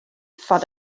foar